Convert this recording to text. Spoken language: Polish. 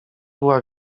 była